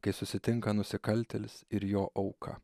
kai susitinka nusikaltėlis ir jo auka